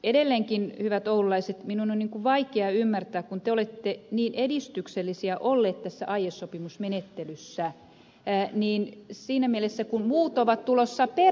edelleenkin hyvät oululaiset minun on vaikea ymmärtää kun te olette niin edistyksellisiä olleet tässä aiesopimusmenettelyssä tätä siinä mielessä kun muut ovat tulossa niin